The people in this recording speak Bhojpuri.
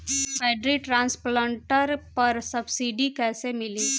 पैडी ट्रांसप्लांटर पर सब्सिडी कैसे मिली?